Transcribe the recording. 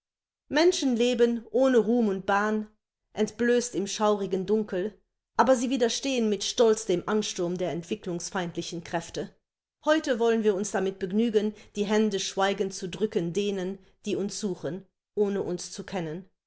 menschen leben ohne ruhm und bahn entblößt im schaurigen dunkel aber sie widerstehen mit stolz dem ansturm der entwicklungsfeindlichen kräfte heute wollen wir uns damit begnügen die hände schweigend zu drücken denen die uns suchen ohne uns zu kennen